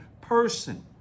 person